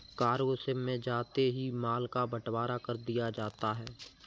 cargo ship में जाते ही माल का बंटवारा कर दिया जाता है